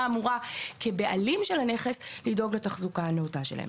אמורה כבעלים של הנכס לדאוג לתחזוקה הנאותה שלהם.